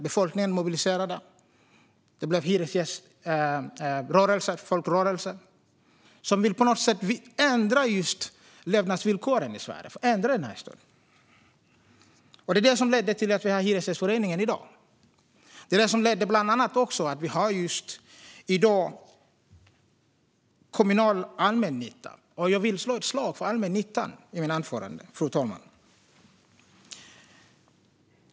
Det växte fram en hyresgäströrelse som ville ändra levnadsvillkoren i Sverige. Det ledde till att vi i dag har Hyresgästföreningen. Det ledde också till att vi i dag har den kommunala allmännyttan. Jag vill slå ett slag för allmännyttan, fru talman.